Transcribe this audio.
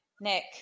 Nick